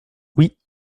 oui